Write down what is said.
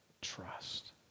trust